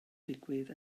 digwydd